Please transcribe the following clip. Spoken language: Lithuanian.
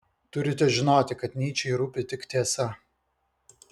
turite žinoti kad nyčei rūpi tik tiesa